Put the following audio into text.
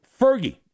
Fergie